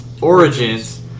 Origins